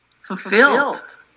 fulfilled